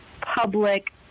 public